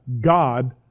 God